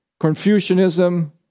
Confucianism